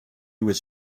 was